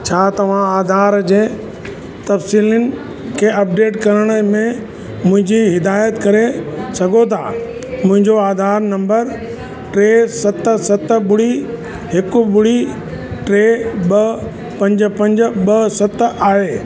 छा तव्हां आधार जे तफ़सीलनि खे अपडेट करण में मुंहिंजी हिदायत करे सघो था मुंहिंजो आधार नंबर टे सत सत ॿुड़ी हिकु ॿुड़ी टे ॿ पंज पंज ॿ सत आहे